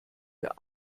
wir